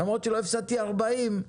למרות שלא הפסדתי 40,